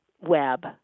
web